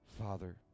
Father